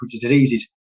diseases